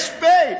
יש פ'.